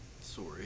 Sorry